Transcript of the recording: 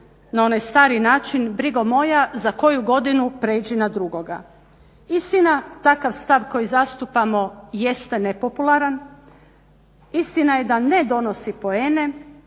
na onaj stari način brigo moja za koju godinu pređi na drugoga. Istina takav stav koji zastupamo jeste nepopularan. Istina je da ne donosi poene,